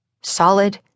Solid